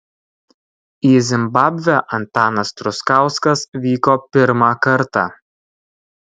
į zimbabvę antanas truskauskas vyko pirmą kartą